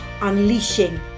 unleashing